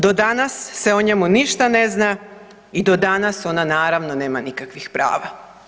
Do danas se o njemu ništa ne zna i do danas ona naravno nema nikakvih prava.